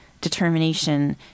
determination